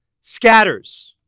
scatters